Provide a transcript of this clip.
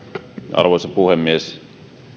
arvoisa puhemies